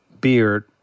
Beard